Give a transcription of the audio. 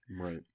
Right